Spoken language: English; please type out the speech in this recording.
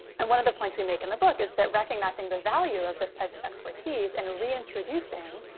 and one of the points we make in the book is that recognizing the value of this type of expertise and reintroducing